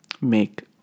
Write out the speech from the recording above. make